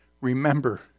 remember